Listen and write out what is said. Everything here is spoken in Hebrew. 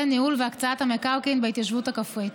ניהול והקצאה של המקרקעין בהתיישבות הכפרית.